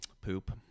poop